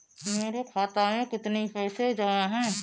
मेरे खाता में कितनी पैसे जमा हैं?